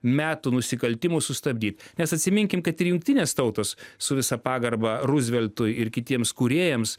metų nusikaltimų sustabdyt nes atsiminkim kad ir jungtinės tautos su visa pagarba ruzveltui ir kitiems kūrėjams